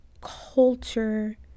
culture